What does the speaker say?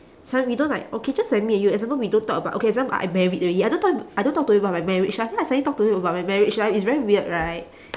suddenly we don't like okay just admit you example we don't talk about okay example I married already I don't talk I don't talk to you about my marriage I feel like suddenly talk to you about my marriage right is very weird right